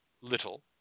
little